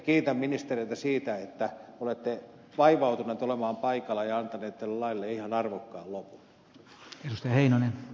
kiitän ministereitä siitä että olette vaivautuneet olemaan paikalla ja antaneet tälle laille ihan arvokkaan lopun